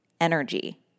energy